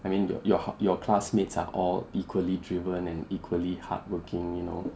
I mean your your your classmates are all equally driven and equally hardworking you know